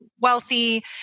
wealthy